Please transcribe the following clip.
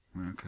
Okay